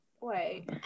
wait